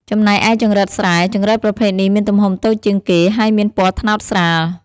ចំណែកឯចង្រិតស្រែ ចង្រិតប្រភេទនេះមានទំហំតូចជាងគេ ហើយមានពណ៌ត្នោតស្រាល។